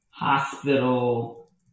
Hospital